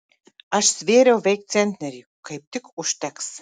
aš svėriau veik centnerį kaip tik užteks